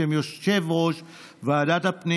בשם יושב-ראש ועדת הפנים